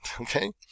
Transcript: okay